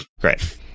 Great